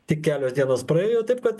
tik kelios dienos praėjo taip kad